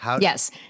Yes